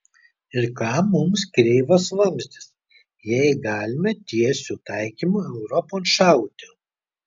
ir kam mums kreivas vamzdis jei galime tiesiu taikymu europon šauti